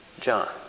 John